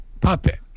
puppet